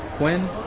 when